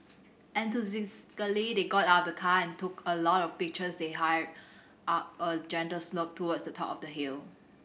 they got out of the car and took a lot of pictures they hiked up a gentle slope towards the top of the hill